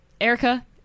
erica